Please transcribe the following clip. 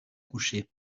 couché